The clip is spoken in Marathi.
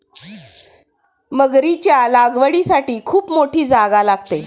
मगरीच्या लागवडीसाठी खूप मोठी जागा लागते